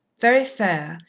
very fair,